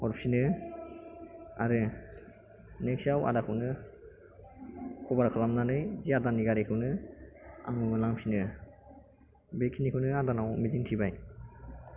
हरफिनो आरो नेक्सआव आदाखौनो कभार खालामनानै जे आदानि गारिखौनो आं माबा लांफिनो बेखिनिखौनो आदानाव मिजिं थिबाय